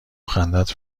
خندت